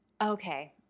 Okay